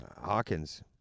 Hawkins